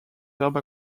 verbe